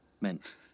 meant